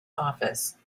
office